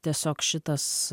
tiesiog šitas